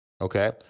okay